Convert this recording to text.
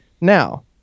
Now